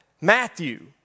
Matthew